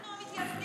אנחנו המתייוונים